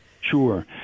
Sure